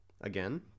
again